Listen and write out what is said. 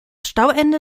stauende